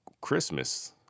Christmas